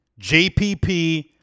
JPP